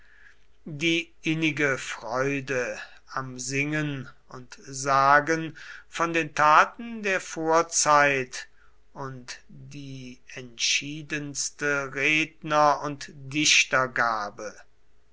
die innige freude am singen und sagen von den taten der vorzeit und die entschiedenste redner und dichtergabe